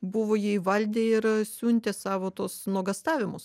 buvo jį įvaldę ir siuntė savo tuos nuogąstavimus